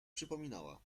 przypominała